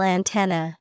Antenna